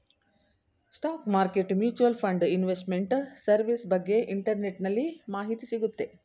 stock market mutual fund investment service ಬಗ್ಗೆ ಇಂಟರ್ನೆಟ್ಟಲ್ಲಿ ಮಾಹಿತಿ ಸಿಗುತ್ತೆ